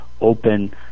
open